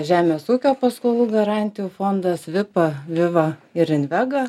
žemės ūkio paskolų garantijų fondas vipa viva ir invega